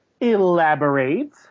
elaborate